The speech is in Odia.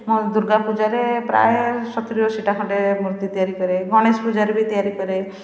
ହଁ ଦୁର୍ଗା ପୂଜାରେ ପ୍ରାୟଃ ସତୁରୀ ଅଶିଟା ଖଣ୍ଡେ ମୂର୍ତ୍ତି ତିଆରି କରେ ଗଣେଶ ପୂଜାରେ ବି ତିଆରି କରେ